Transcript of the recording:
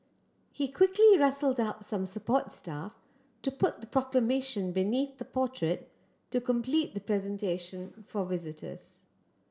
he quickly rustled up some support staff to put the Proclamation beneath the portrait to complete the presentation for visitors